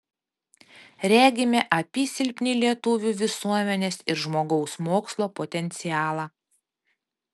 regime apysilpnį lietuvių visuomenės ir žmogaus mokslo potencialą